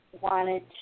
wanted